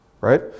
right